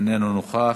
איננו נוכח,